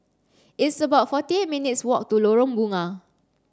it's about forty eight minutes' walk to Lorong Bunga